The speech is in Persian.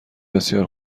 بسیار